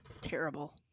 terrible